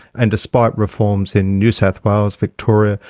and despite reforms in new south wales, victoria,